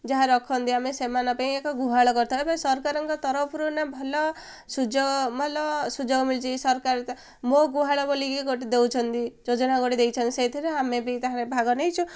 ଯାହା ରଖନ୍ତି ଆମେ ସେମାନ ପାଇଁ ଏକ ଗୁହାଳ କରିଥାଉ ଏବେ ସରକାରଙ୍କ ତରଫରୁ ଏଇନା ଭଲ ସୁଯୋଗ ଭଲ ସୁଯୋଗ ମିଳୁଛି ସରକାର ମୋ ଗୁହାଳ ବୋଲିକି ଗୋଟେ ଦଉଛନ୍ତି ଯୋଜନା ଗୋଟେ ଦେଇଛନ୍ତି ସେଇଥିରେ ଆମେ ବି ତାହ ଭାଗ ନେଇଛୁ